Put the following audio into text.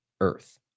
earth